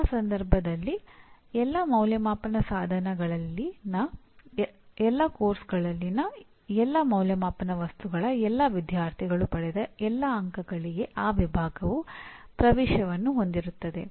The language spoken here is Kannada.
ಇಂತಹ ಸಂದರ್ಭದಲ್ಲಿ ಎಲ್ಲಾ ಅಂದಾಜುವಿಕೆ ಸಾಧನಗಳಲ್ಲಿನ ಎಲ್ಲಾ ಪಠ್ಯಕ್ರಮಗಳಲ್ಲಿನ ಎಲ್ಲಾ ಅಂದಾಜುವಿಕೆ ವಸ್ತುಗಳ ಎಲ್ಲಾ ವಿದ್ಯಾರ್ಥಿಗಳು ಪಡೆದ ಎಲ್ಲಾ ಅಂಕಗಳಿಗೆ ಆ ವಿಭಾಗವು ಪ್ರವೇಶವನ್ನು ಹೊಂದಿರುತ್ತದೆ